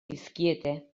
dizkiete